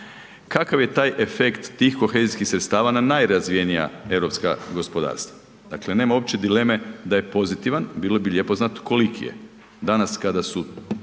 Kakav je taj efekt tih kohezijskih sredstava na najrazvijenija europska gospodarstva. Dakle, nema uopće dileme da je pozitivan, bilo bi lijepo znati koliki je. Danas kada su